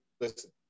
listen